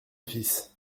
fils